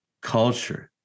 culture